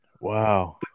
Wow